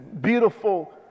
beautiful